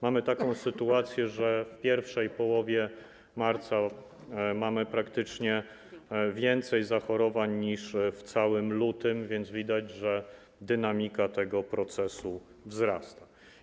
Mamy taką sytuację, że w pierwszej połowie marca mamy praktycznie więcej zachorowań niż w całym lutym, więc widać, że dynamika tego procesu wzrasta.